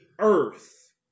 earth